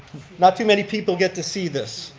not too many people get to see this.